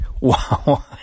Wow